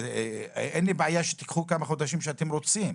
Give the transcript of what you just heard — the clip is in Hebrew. אין לי בעיה שתיקחו כמה חודשים שאתם רוצים,